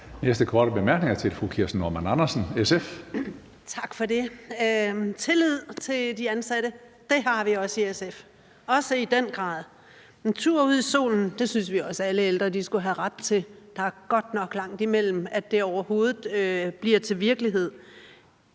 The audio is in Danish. Kirsten Normann Andersen, SF. Kl. 16:30 Kirsten Normann Andersen (SF): Tak for det. Tillid til de ansatte har vi også i SF, også i den grad. En tur ud i solen synes vi også at alle ældre skulle have ret til. Der er godt nok langt imellem, at det overhovedet bliver til virkelighed.